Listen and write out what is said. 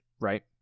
Right